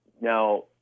Now